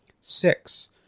Six